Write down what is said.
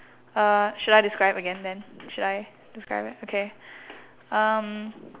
uh should I describe again then should I describe it okay um